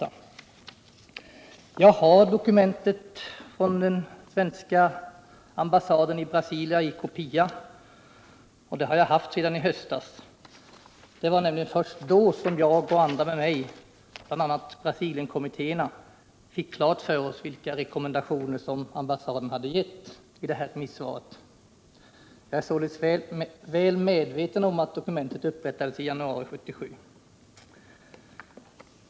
Jag har en kopia av dokumentet från den svenska ambassaden i Brasilia, och det har jag haft sedan i höstas. Det var nämligen först då som jag och andra med mig, bl.a. Brasilienkommittéerna, fick klart för oss vilka rekommendationer som ambassaden hade gett i remissvaret. Jag är således väl medveten om att dokumentet upprättades i januari 1977.